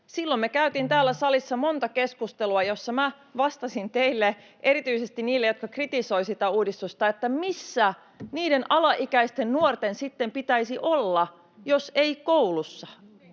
Silloin me käytiin täällä salissa monta keskustelua, joissa minä vastasin teille, erityisesti niille, jotka kritisoivat sitä uudistusta, että missä niiden alaikäisten nuorten sitten pitäisi olla, jos ei koulussa